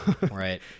Right